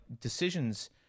decisions